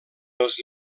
els